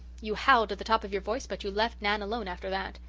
you howled at the top of your voice but you left nan alone after that.